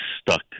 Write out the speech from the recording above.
stuck